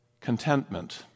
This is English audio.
contentment